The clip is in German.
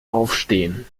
aufstehen